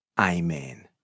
Amen